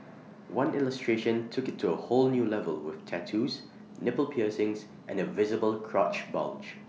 one illustration took IT to A whole new level with tattoos nipple piercings and A visible crotch bulge